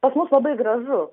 pas mus labai gražu